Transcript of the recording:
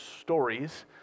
stories